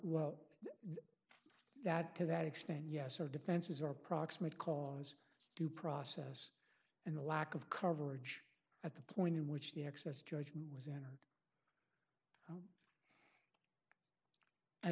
well that to that extent yes of defenses are proximate cause due process and the lack of coverage at the point in which the excess judgment was enter